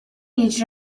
jiġri